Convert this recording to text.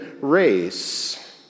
race